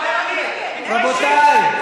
תתביישי לך,